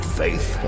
faith